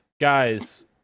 guys